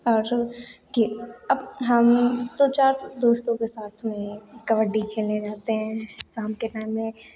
और के अब हम दो चार दोस्तों के साथ में कबड्डी खेलने जाते हैं शाम के टाइम में